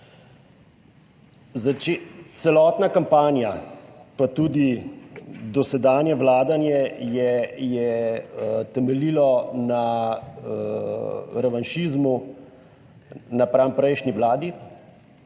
Celotna kampanja pa tudi dosedanje vladanje je temeljilo na revanšizmu napram prejšnji vladi.